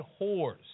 whores